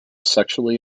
sexually